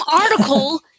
article